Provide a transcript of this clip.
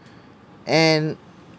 and